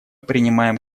принимаем